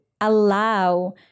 allow